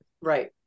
Right